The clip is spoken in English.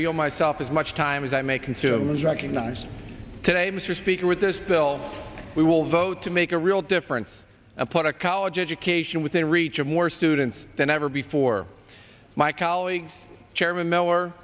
yield myself as much time as i may consume is recognized today mr speaker with this bill we will vote to make a real difference and put a college education within reach of more students than ever before my colleagues chairman miller